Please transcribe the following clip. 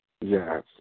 Yes